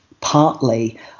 partly